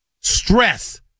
stress